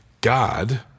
God